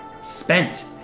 spent